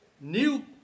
new